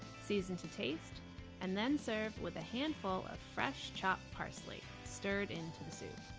season to taste and then serve with a handful of fresh chopped parsley stirred into the soup.